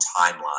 timeline